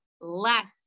less